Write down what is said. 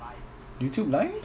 YouTube live